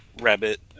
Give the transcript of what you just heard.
rabbit